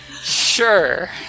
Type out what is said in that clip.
Sure